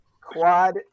Quad